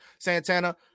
Santana